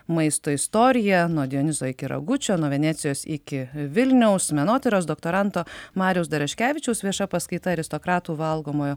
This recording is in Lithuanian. maisto istorija nuo dionizo iki ragučio nuo venecijos iki vilniaus menotyros doktoranto mariaus daraškevičiaus vieša paskaita aristokratų valgomojo